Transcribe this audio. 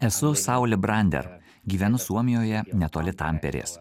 esu sauli brander gyvenu suomijoje netoli tamperės